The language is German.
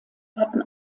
hatten